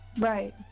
Right